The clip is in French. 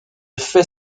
fait